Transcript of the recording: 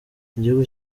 igihugu